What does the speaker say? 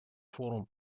форум